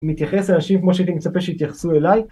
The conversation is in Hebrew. מתייחס לאנשים כמו שאני מצפה שיתייחסו אליי